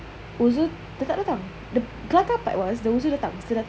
uzur dah tak datang the kelakar part was the uzur datang still datang